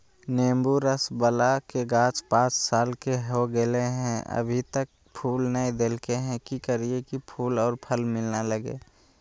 नेंबू रस बाला के गाछ पांच साल के हो गेलै हैं अभी तक फूल नय देलके है, की करियय की फूल और फल मिलना लगे?